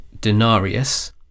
denarius